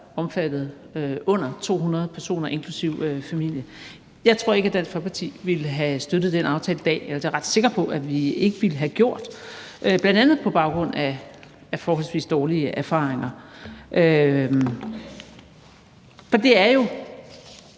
omfattede under 200 personer inklusive familier. Jeg tror ikke, at Dansk Folkeparti ville have støttet den aftale i dag – eller det er jeg ret sikker på at vi ikke ville have gjort – bl.a. på baggrund af forholdsvis dårlige erfaringer. Det er jo